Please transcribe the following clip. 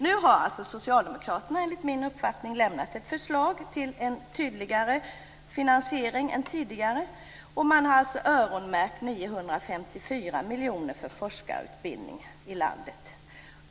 Nu har alltså socialdemokraterna enligt min uppfattning lagt fram ett förslag till en tydligare finansiering än tidigare. Man har öronmärkt 954 miljoner för forskarutbildning i landet.